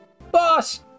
Boss